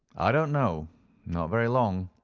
i don't know not very long.